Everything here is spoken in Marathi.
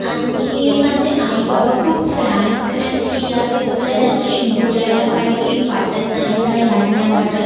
आणखी माझे आई बाबा खूप फ्रँक अँड फ्री आहेत मला त्यांच्याशी बोलायला काही वाटत नाही काही लाज नाही वाटत